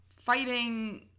fighting